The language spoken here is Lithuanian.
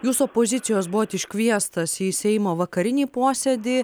jūs opozicijos buvot iškviestas į seimo vakarinį posėdį